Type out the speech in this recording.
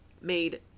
made